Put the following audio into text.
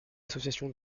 association